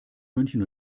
münchen